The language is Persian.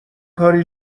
کاری